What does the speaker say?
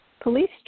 Police